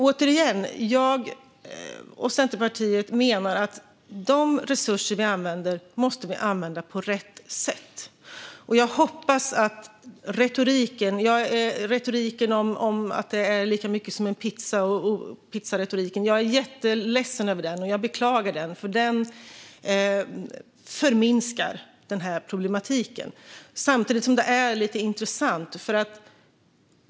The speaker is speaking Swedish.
Återigen: Jag och Centerpartiet menar att de resurser som vi använder måste vi använda på rätt sätt. Jag är jätteledsen för retoriken om att det handlar om lika mycket som en pizza - pizzaretoriken - och jag beklagar den. Den förminskar denna problematik. Samtidigt är den lite intressant.